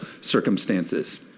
circumstances